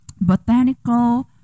botanical